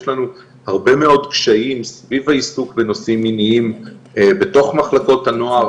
יש לנו הרבה מאוד קשיים סביב העיסוק בנושאים מיניים בתוך מחלקות הנוער,